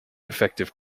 effective